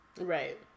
Right